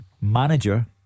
manager